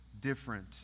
different